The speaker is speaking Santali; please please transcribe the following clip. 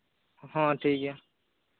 ᱦᱚᱸ ᱴᱷᱤᱠ ᱜᱮᱭᱟ